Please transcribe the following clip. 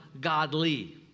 godly